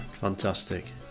Fantastic